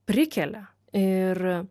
prikelia ir